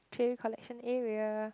tray collection area